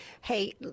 Hey